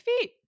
feet